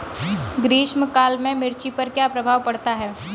ग्रीष्म काल में मिर्च पर क्या प्रभाव पड़ता है?